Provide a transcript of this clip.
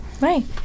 Right